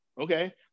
okay